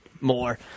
More